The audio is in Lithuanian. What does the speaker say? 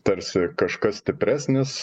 tarsi kažkas stipresnis